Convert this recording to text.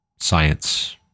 science